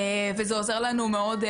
וזה עוזר לנו מאוד,